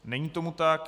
Není tomu tak.